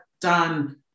done